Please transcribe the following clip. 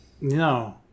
No